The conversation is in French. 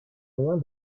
lien